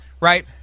right